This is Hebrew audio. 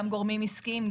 גורמים עסקיים,